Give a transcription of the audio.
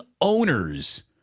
owners